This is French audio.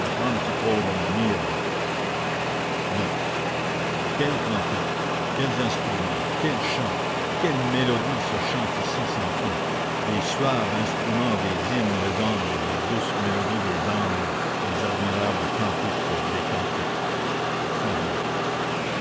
quels cantiques quels instruments quels chants quelles mélodies se chantent ici sans fin les suaves instruments des hymnes résonnent la douce mélodie des anges les admirables cantiques des cantiques